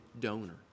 donor